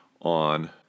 on